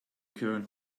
current